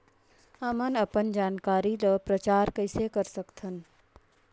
हमन अपन जानकारी ल प्रचार कइसे कर सकथन?